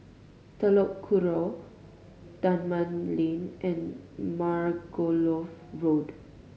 Telok Kurau Dunman Lane and Margoliouth Road